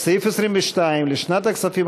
לשנת הכספים